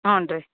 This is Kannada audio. ಹ್ಞಾ ರೀ